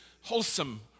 wholesome